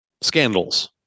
scandals